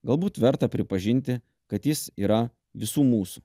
galbūt verta pripažinti kad jis yra visų mūsų